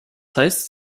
heißt